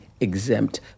exempt